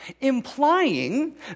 implying